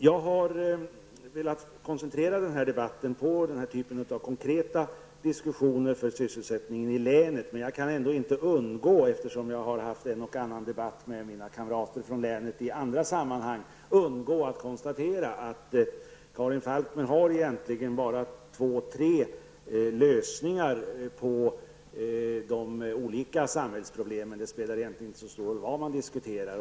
Jag har velat koncentrera debatten till denna typ av konkreta diskussioner om sysselsättningen i länet. Eftersom jag har haft en och annan debatt med kamrater från länet i andra sammanhang, kan jag inte undgå att konstatera att Karin Falkmer har bara två tre lösningar på de olika samhällsproblemen. Det spelar egentligen inte så stor roll vad det är man diskuterar.